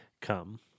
come